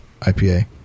IPA